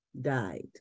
died